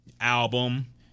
album